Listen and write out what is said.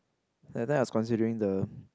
that time I was considering the